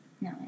no